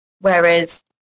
whereas